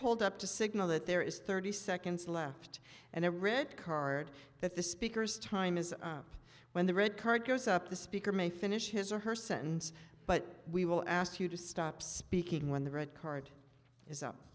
hold up to signal that there is thirty seconds left and a red card that the speaker's time is up when the red card goes up the speaker may finish his or her sentence but we will ask you to stop speaking when the red card is up